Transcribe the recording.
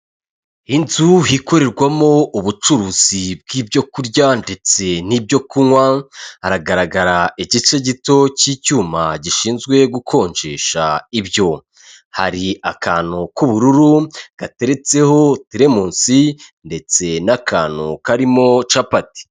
Inzu ikorerwamo ubucuruzi bw'ibyo kurya ndetse n'ibyo kunywa, haragaragara igice gito cy'icyuma gishinzwe gukonjesha ibyo. Hari akantu k'ubururu gateretseho teremusi ndetse n'akantu karimo capati.